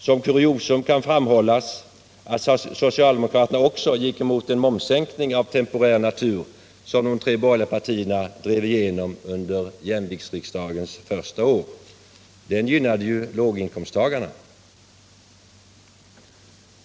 Som kuriosum kan framhållas att socialdemokraterna också gick emot den momshöjning av temporär natur som de tre borgerliga partierna drev igenom under jämviktsriksdagens första år. Den gynnade ju låginkomsttagarna.